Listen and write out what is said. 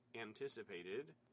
anticipated